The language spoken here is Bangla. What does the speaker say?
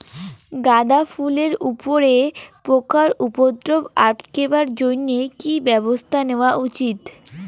গাঁদা ফুলের উপরে পোকার উপদ্রব আটকেবার জইন্যে কি ব্যবস্থা নেওয়া উচিৎ?